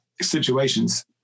situations